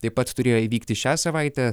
taip pat turėjo įvykti šią savaitę